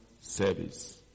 service